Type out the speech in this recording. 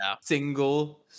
single